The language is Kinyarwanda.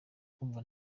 kumva